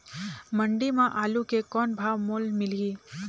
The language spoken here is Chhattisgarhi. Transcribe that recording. मंडी म आलू के कौन भाव मोल मिलही?